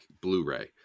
Blu-ray